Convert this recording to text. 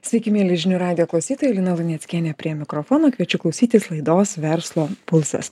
sveiki mieli žinių radijo klausytojai lina luneckienė prie mikrofono kviečiu klausytis laidos verslo pulsas